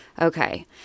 Okay